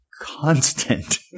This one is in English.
constant